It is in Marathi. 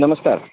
नमस्कार